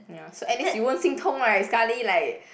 ya so at least you won't 心痛 right sekali like